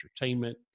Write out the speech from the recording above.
entertainment